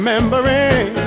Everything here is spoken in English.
Remembering